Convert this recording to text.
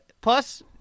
plus